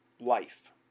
life